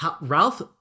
Ralph